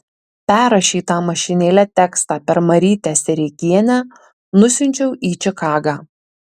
perrašytą mašinėle tekstą per marytę sereikienę nusiunčiau į čikagą